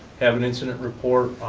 have an incident report.